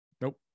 Nope